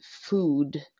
food